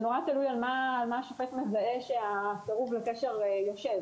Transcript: זה מאוד תלוי על מה השופט מזהה שהסירוב לקשר יושב,